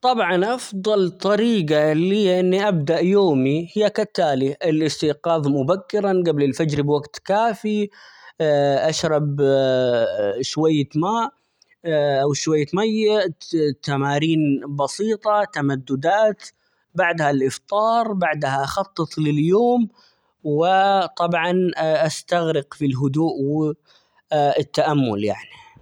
طبعًا أفضل طريقة لي إني أبدأ يومي ،هي كالتالي الاستيقاظ مبكرًا قبل الفجر بوقت كافي أشرب شوية ماء أو شوية ميه ، -ت-تمارين بسيطة تمددات ،بعدها الإفطار ،بعدها أخطط لليوم وطبعًا استغرق في الهدوء ،و التأمل يعني.